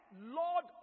Lord